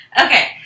Okay